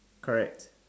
correct